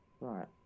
right